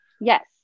Yes